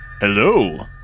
Hello